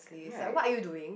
right